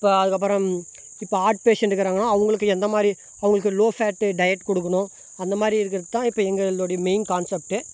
இப்போ அதுக்கப்புறம் இப்போ ஹார்ட் பேஷண்ட் இருக்கிறாங்கனா அவங்களுக்கு எந்த மாதிரி அவங்களுக்கு லோ ஃபேட்டு டயட் கொடுக்கணும் அந்த மாதிரி இருக்கிறத்தான் இப்போ எங்களுடைய மெயின் கான்செப்ட்டு